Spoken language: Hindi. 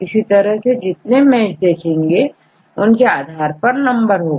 इसी तरह से जितने मैच होंगे उसके आधार पर नंबर होगा